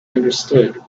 understood